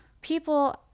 people